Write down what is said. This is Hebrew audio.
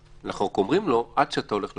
אנחנו רק אומרים לו: עד שאתה הולך לערכאות,